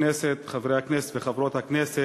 אדוני יושב-ראש הכנסת, חברי הכנסת וחברות הכנסת,